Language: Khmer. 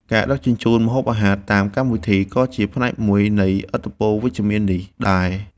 ការដឹកជញ្ជូនម្ហូបអាហារតាមកម្មវិធី ក៏ជាផ្នែកមួយនៃឥទ្ធិពលវិជ្ជមាននេះដែរ។